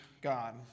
God